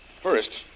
First